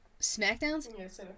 SmackDown's